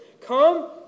Come